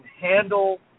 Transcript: handle